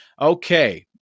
Okay